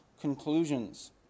conclusions